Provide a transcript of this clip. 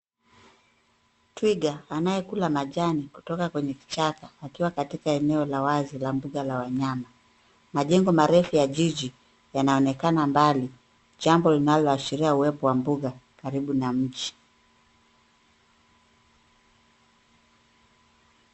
Twiga anaye kula majani kutoka kwenye kichaka akiwa katika eneo la wazi la mbuga la wanyama. Majengo marefu ya jiji yanaonekana mbali jambo linalo ashiria uwepo wa mbuga karibu na mji.